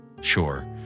Sure